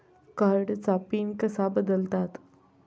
कार्डचा पिन कसा बदलतात?